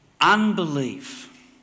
Unbelief